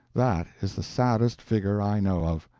that is the saddest figure i know of.